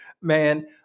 man